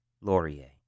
Laurier